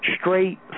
straight